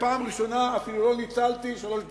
פעם ראשונה שלא ניצלתי שלוש דקות.